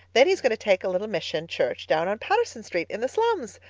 then he's going to take a little mission church down on patterson street in the slums.